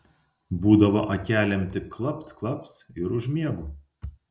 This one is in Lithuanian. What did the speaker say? būdavo akelėm tik klapt klapt ir užmiegu